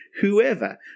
Whoever